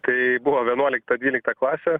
tai buvo vienuolikta dvylikta klasė